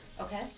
Okay